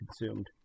consumed